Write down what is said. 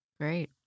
Great